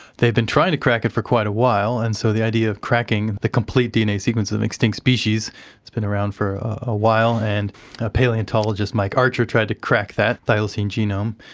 they have been trying to crack it for quite a while, and so the idea of cracking the complete dna sequence of an extinct species has been around for a while, and palaeontologist mike archer tried to crack that thylacine genome.